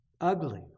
ugly